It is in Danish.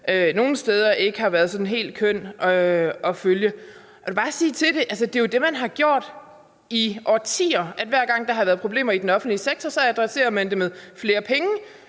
følge. Jeg vil bare sige til det, at det jo er det, man har gjort i årtier, nemlig at hver gang der har været problemer i den offentlige sektor, adresserer man det med flere penge